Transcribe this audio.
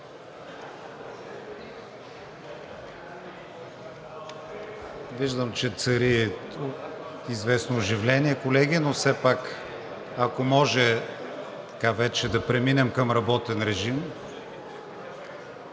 Виждам, че цари известно оживление, колеги, но все пак, ако може, вече да преминем към работен режим.